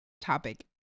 topic